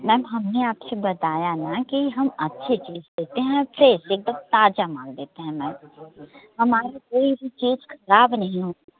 ma'am हमने आपसे बताया ना कि हम अच्छी चीज देते हैं फ्रेस एकदम ताजा माल देते हैं मैम हमारी कोई भी चीज खराब नहीं होती